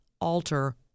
alter